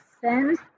send